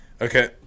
Okay